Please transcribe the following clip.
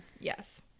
Yes